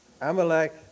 Amalek